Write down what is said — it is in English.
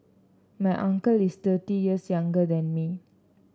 my uncle is thirty years younger than me